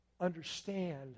understand